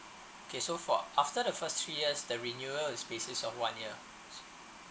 K so for after the first three years the renewal will basis on one year